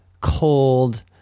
cold